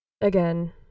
again